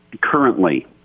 currently